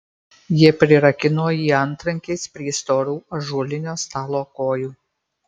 jie prirakino jį antrankiais prie storų ąžuolinio stalo kojų